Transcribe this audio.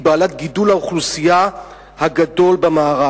היא בעלת גידול האוכלוסייה הגדול במערב,